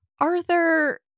arthur